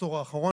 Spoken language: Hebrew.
בעשור האחרון.